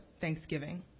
thanksgiving